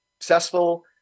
successful